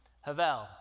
Havel